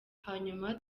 hanyuma